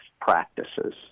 practices